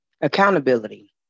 Accountability